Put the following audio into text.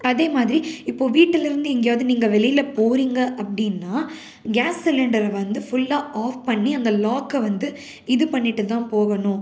அதே மாதிரி இப்போ வீட்டில் இருந்து எங்கேயாவது நீங்கள் வெளியில் போகிறீங்க அப்படின்னா கேஸ் சிலிண்டரை வந்து ஃபுல்லாக ஆஃப் பண்ணி அந்த லாக்கை வந்து இது பண்ணிவிட்டு தான் போகணும்